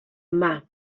yma